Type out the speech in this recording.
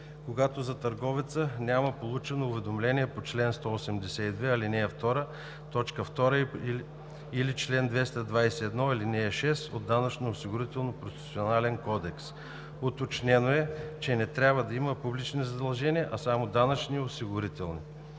когато за търговеца няма получено уведомление по чл. 182, ал. 2, т. 2 или чл. 221, ал. 6 от Данъчно-осигурителния процесуален кодекс. Уточнено е, че не трябва да има публични задължения, а само данъчни и осигурителни.